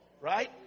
Right